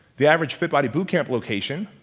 the average fit body boot camp location